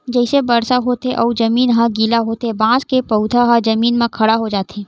जइसे बरसा होथे अउ जमीन ह गिल्ला होथे बांस के पउधा ह जमीन म खड़ा हो जाथे